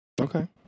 Okay